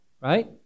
right